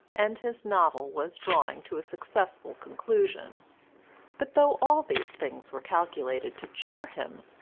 and his novel was drawing to a successful conclusion but though all these things were calculated to cheer him,